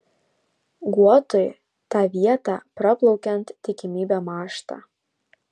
guotui tą vietą praplaukiant tikimybė mąžta